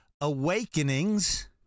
Awakenings